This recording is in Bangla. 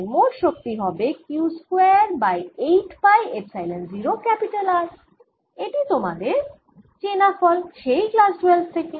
তাই মোট শক্তি হবে Q square by 8 pi epsilon 0 R এটি তোমাদের চেনা ফল সেই ক্লাস 12 থেকে